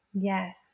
Yes